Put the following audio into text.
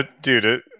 Dude